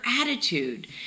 attitude